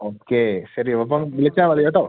okay ശരി അപ്പം വിളിച്ചാൽ മതി കേട്ടോ